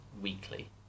weekly